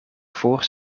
voor